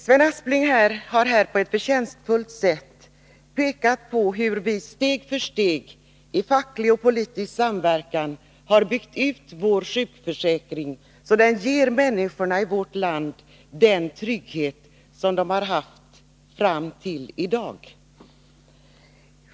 Sven Aspling har på ett förtjänstfullt sätt pekat på hur vi steg för steg i facklig och politisk samverkan har byggt ut vår sjukförsäkring så att den ger människorna i vårt land den trygghet som de har haft fram tilli dag.